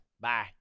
Bye